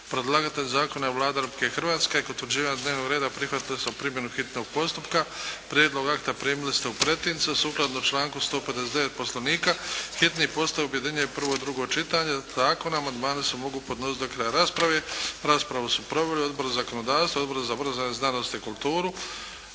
Predlagatelj zakona je Vlada Republike Hrvatske. Kod utvrđivanja dnevnog reda prihvatili smo primjenu hitnog postupka. Prijedlog akta primili ste u pretince. Sukladno članku 159. poslovnika hitni postupak objedinjuje prvo i drugo čitanje zakona. Amandmani se mogu podnositi do kraja rasprave. Raspravu su proveli Odbor za zakonodavstvo i Odbor za obrazovanje, znanost i kulturu.